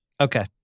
Okay